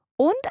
Und